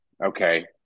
okay